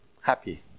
happy